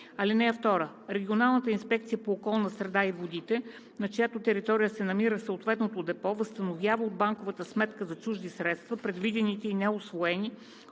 (2) Регионалната инспекция по околната среда и водите, на чиято територия се намира съответното депо, възстановява от банковата сметка за чужди средства преведените и неусвоени